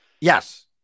Yes